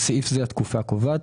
(בסעיף זה התקופה הקובעת),